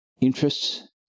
interests